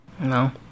No